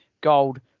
gold